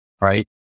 right